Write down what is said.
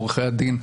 עורכי הדין,